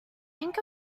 think